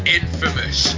infamous